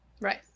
Right